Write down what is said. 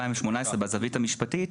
מהזווית המשפטית.